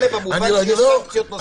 אמרתי שזה לא כלא במובן של סנקציות נוספות.